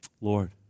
Lord